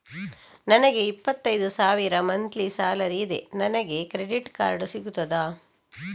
ನನಗೆ ಇಪ್ಪತ್ತೈದು ಸಾವಿರ ಮಂತ್ಲಿ ಸಾಲರಿ ಇದೆ, ನನಗೆ ಕ್ರೆಡಿಟ್ ಕಾರ್ಡ್ ಸಿಗುತ್ತದಾ?